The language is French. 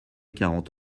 quarante